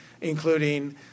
including